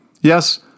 Yes